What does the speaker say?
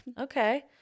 Okay